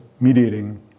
mediating